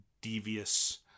devious